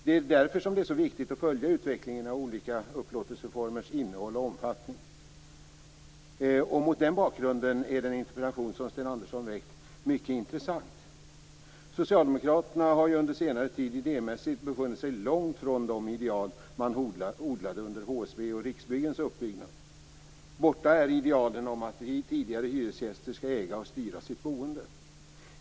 Det är därför som det är så viktigt att följa utvecklingen av olika upplåtelseformers innehåll och omfattning. Mot denna bakgrund är den interpellation som Sten Andersson har ställt mycket intressant. Socialdemokraterna har under senare tid idémässigt befunnit sig långt från de ideal man odlade under HSB:s och Riksbyggens uppbyggnad. Borta är de tidigare idealen att hyresgäster skall äga och styra sitt boende.